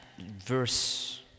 verse